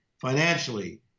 financially